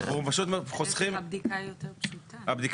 אנחנו מציעים לחזור, זה לא בדיוק